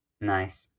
Nice